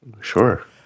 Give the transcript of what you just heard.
sure